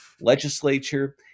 legislature